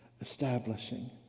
Establishing